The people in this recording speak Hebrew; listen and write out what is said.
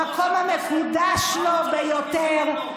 למקום המקודש לו ביותר,